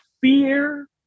fear